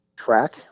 track